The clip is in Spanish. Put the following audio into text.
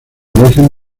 origen